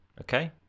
Okay